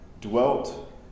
dwelt